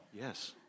Yes